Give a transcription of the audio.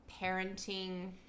parenting